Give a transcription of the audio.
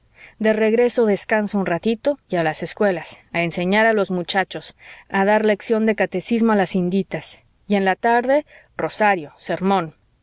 de regreso descansa un ratito y a las escuelas a enseñar a los muchachos a dar lección de catecismo a las inditas y en la tarde rosario sermón